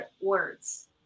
words